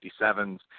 57s